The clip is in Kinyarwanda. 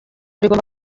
rigomba